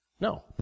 No